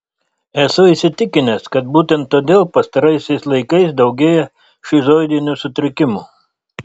esu įsitikinęs kad būtent todėl pastaraisiais laikais daugėja šizoidinių sutrikimų